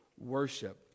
worship